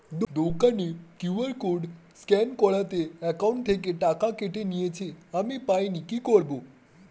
দোকানের QR code scan করাতে account থেকে টাকা কেটে নিয়েছে, আমি পাইনি কি করি?